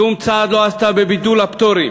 שום צעד לא עשתה בביטול הפטורים.